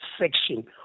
section